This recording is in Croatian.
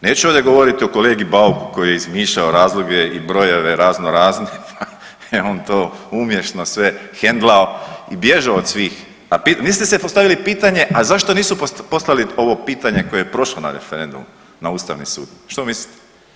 Neću ovdje govoriti o kolegi Bauku koji je izmišljao razloge i brojeve raznorazne pa je on to umješno sve hendlao i bježao od svih, a niste si postavili pitanje, a zašto nisu poslali ovo pitanje koje je prošlo na referendumu na Ustavni sud, što mislite?